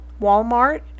Walmart